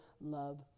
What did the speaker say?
Love